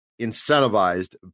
incentivized